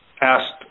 asked